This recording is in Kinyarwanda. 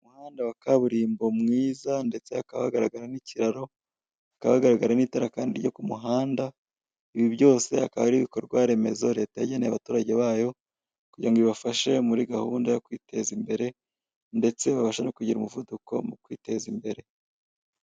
Umuhanda wa kaburimbo mwiza ndetse hakaba hagaragara n'ikiraro, hakaba hagaragara n'itara kandi ryo ku muhanda. Ibi byose akaba ari ibikorwa remezo leta yaganeya abaturage bayo kugira ngo ibafashe muri gahunda yo kwiteza imbere ndetse babashe no kugira umuvuduko mu kwiteza imbere.